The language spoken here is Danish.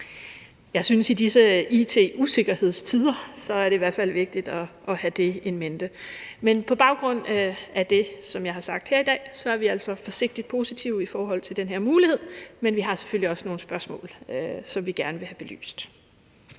Jeg synes, at det i disse it-usikkerhedstider er vigtigt at have det in mente. Men på baggrund af det, som jeg har sagt her i dag, er vi altså forsigtigt positive over for den her mulighed, men vi har selvfølgelig også nogle spørgsmål, som vi gerne vil have belyst.